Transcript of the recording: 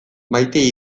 maite